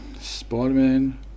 Spider-Man